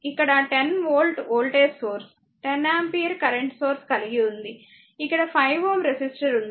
ఇక్కడ 10 volt voltage source 10 ampere current source కలిగి ఉంది ఇక్కడ 5 Ω రెసిస్టర్ ఉంది